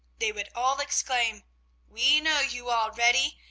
they would all exclaim we know you already!